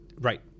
Right